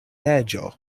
leĝo